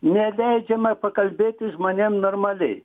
neleidžiama pakalbėti žmonėm normaliai